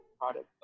Product